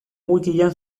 wikian